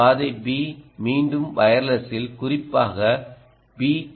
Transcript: பாதை பி மீண்டும் வயர்லெஸில் குறிப்பாக பி